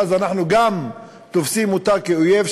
ואז אנחנו גם תופסים אותה כאויב,